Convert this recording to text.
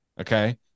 okay